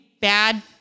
bad